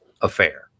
affair